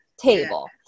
table